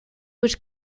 which